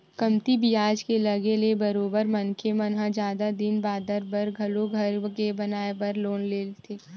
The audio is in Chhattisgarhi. कमती बियाज के लगे ले बरोबर मनखे मन ह जादा दिन बादर बर घलो घर के बनाए बर लोन ल लेथे